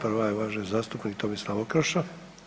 Prva je uvažen zastupnik Tomislav Okroša.